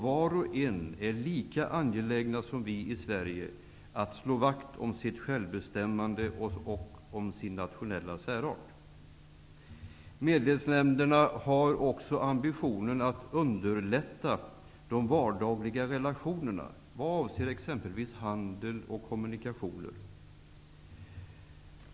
Var och en av dessa är lika angelägen som vi i Sverige är om att slå vakt om självbestämmandet och den nationella särarten. Medlemsländerna har också ambitionen att underlätta de vardagliga relationerna vad avser exempelvis handel och kommunikationer.